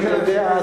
אתה יודע,